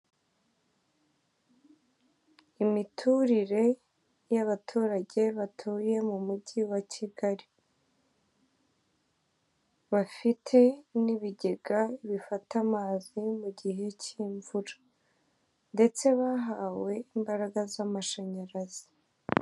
Imiturire y'abaturage batuye mu mujyi wa Kigali. Bafite n'ibigega bifata amazi mugihe cy'imvura ndetse bahawe imbaraga z'amashanyarazi.